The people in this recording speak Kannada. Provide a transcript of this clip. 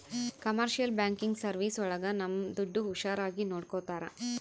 ಕಮರ್ಶಿಯಲ್ ಬ್ಯಾಂಕಿಂಗ್ ಸರ್ವೀಸ್ ಒಳಗ ನಮ್ ದುಡ್ಡು ಹುಷಾರಾಗಿ ನೋಡ್ಕೋತರ